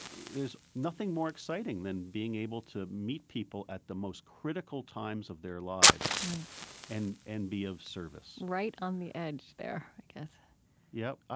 there's nothing more exciting than being able to meet people at the most critical times of their lives and and be of service right on the edge there, yes yep.